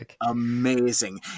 amazing